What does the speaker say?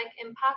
impact